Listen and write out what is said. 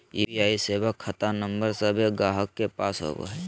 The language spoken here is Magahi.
यू.पी.आई सेवा खता नंबर सभे गाहक के पास होबो हइ